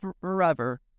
forever